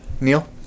Neil